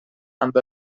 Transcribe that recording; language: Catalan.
amb